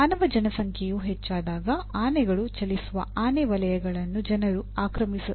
ಮಾನವ ಜನಸಂಖ್ಯೆಯು ಹೆಚ್ಚಾದಾಗ ಆನೆಗಳು ಚಲಿಸುವ ಆನೆ ವಲಯಗಳನ್ನು ಜನರು ಅತಿಕ್ರಮಿಸಬಹುದು